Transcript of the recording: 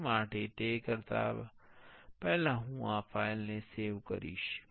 તે માટે તે કરતા પહેલા હું આ ફાઇલ ને સેવ કરીશ